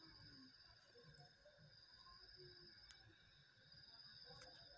लिमस कीट मौलुसकासेर उदाहरण छीके